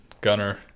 gunner